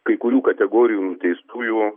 kai kurių kategorijų nuteistųjų